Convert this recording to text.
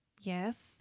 yes